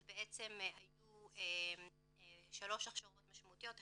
אז בעצם היו שלוש הכשרות משמעותיות,